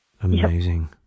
Amazing